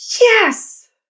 yes